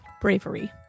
bravery